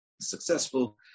successful